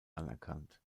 anerkannt